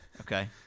Okay